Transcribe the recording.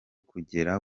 kugera